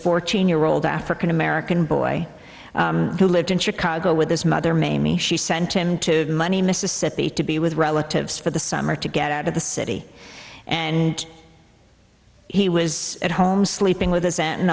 fourteen year old african american boy who lived in chicago with his mother mamie she sent him to money mississippi to be with relatives for the summer to get out of the city and he was at home sleeping with us a